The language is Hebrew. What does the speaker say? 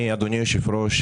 אדוני היושב ראש,